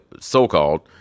so-called